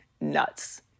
nuts